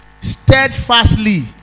steadfastly